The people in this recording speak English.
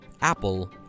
apple